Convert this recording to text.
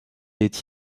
est